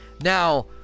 Now